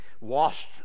washed